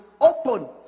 open